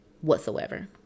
whatsoever